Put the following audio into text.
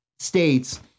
states